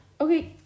Okay